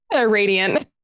radiant